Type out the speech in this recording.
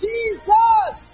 Jesus